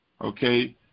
Okay